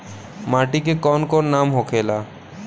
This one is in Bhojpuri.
माटी के कौन कौन नाम होखेला?